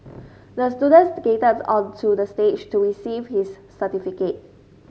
the student skated onto the stage to receive his certificate